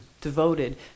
devoted